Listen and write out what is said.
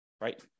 right